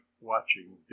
watching